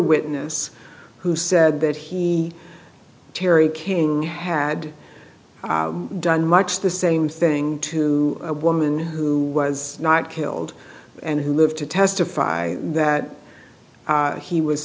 witness who said that he terry king had done much the same thing to a woman who was not killed and who lived to testify that he was